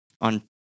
on